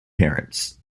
parents